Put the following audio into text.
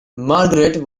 margaret